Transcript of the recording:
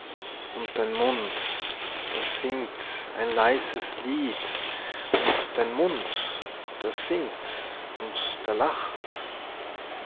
und dein mund der singt ein leises lied und dein mund der singt und der lacht